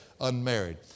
unmarried